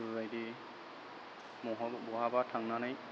बेफोरबायदि महाबा बहाबा थांनानै